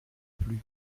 plus